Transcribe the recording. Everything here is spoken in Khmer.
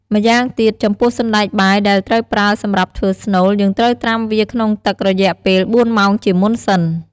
ម្យ៉ាងទៀត ចំពោះសណ្ដែកបាយដែលត្រូវប្រើសម្រាប់ធ្វើស្នូល យើងត្រូវត្រាំវាក្នុងទឹករយៈពេល៤ម៉ោងជាមុនសិន។